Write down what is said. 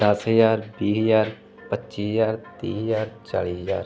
ਦਸ ਹਜ਼ਾਰ ਵੀਹ ਹਜ਼ਾਰ ਪੱਚੀ ਹਜ਼ਾਰ ਤੀਹ ਹਜ਼ਾਰ ਚਾਲੀ ਹਜ਼ਾਰ